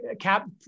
cap